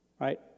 right